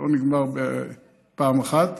זה לא נגמר בפעם אחת.